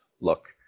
look